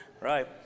right